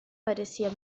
parecia